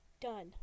done